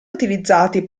utilizzati